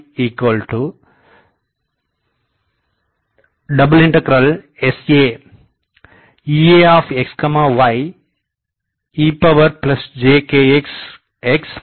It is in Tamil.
Ftkxky sa Eaxy ejkxxjkyy dxdy